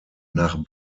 nach